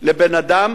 לבן-אדם